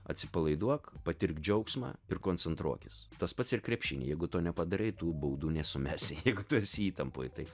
atsipalaiduok patirk džiaugsmą ir koncentruokis tas pats ir krepšiny jeigu to nepadarei tų baudų nesumesi jeigu tu esi įtampoj tai